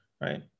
right